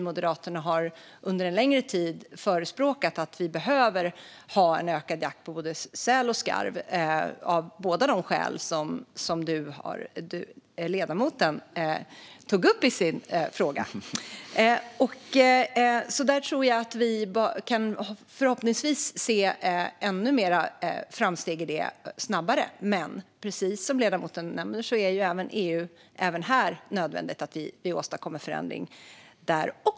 Moderaterna har under en längre tid förespråkat att jakten på både säl och skarv behöver utökas, av de skäl som ledamoten tog upp. Förhoppningsvis gör vi snart framsteg, men precis som ledamoten nämner är det nödvändigt att vi även här åstadkommer förändring i EU.